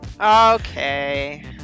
Okay